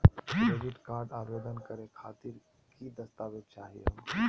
Credit card आवेदन करे खातीर कि क दस्तावेज चाहीयो हो?